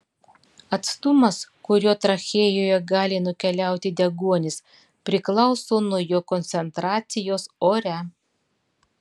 atstumas kuriuo trachėjoje gali nukeliauti deguonis priklauso nuo jo koncentracijos ore